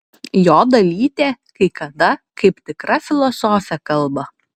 jo dalytė kai kada kaip tikra filosofė kalba